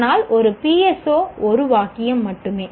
ஆனால் ஒரு PSO ஒரு வாக்கியம் மட்டுமே